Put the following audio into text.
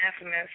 infamous